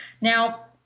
Now